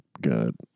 good